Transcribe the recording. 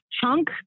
chunk